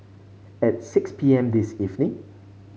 at six P M this evening